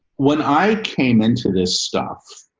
when i came into this stuff,